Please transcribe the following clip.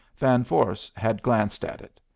van vorst had glanced at it.